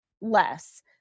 less